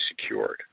secured